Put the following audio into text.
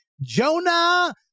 Jonah